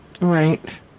Right